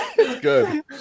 good